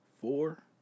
four